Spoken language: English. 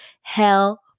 hell